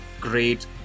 great